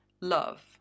love